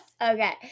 Okay